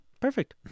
perfect